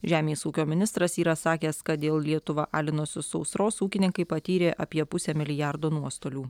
žemės ūkio ministras yra sakęs kad dėl lietuvą alinusios sausros ūkininkai patyrė apie pusę milijardo nuostolių